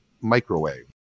microwave